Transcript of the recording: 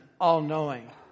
all-knowing